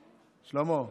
שלמה,